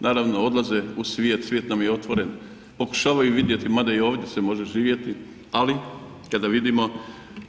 Naravno odlaze u svijet, svijet nam je otvoren, pokušavaju vidjeti mada i ovdje se može živjeti ali kada vidimo